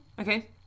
Okay